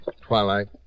Twilight